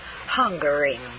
Hungering